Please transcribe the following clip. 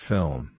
Film